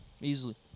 Easily